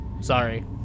Sorry